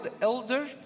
elder